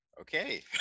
Okay